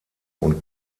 und